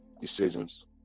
decisions